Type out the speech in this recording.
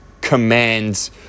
commands